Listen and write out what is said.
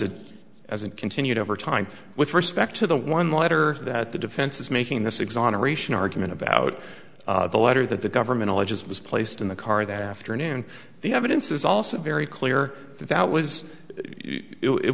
it as it continued over time with respect to the one letter that the defense is making this exoneration argument about the letter that the government alleges was placed in the car that afternoon the evidence is also very clear that that was it